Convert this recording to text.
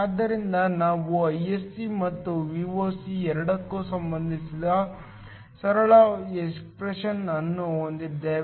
ಆದ್ದರಿಂದ ನಾವು Isc ಮತ್ತು Voc ಎರಡಕ್ಕೂ ಸಂಬಂಧಿಸಿರುವ ಸರಳ ಎಕ್ಸ್ಪ್ರೆಶನ್ ಅನ್ನು ಹೊಂದಿದ್ದೇವೆ